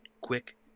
quick